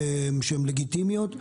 והן לגיטימיות.